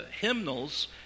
hymnals